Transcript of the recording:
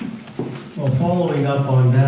ah following up on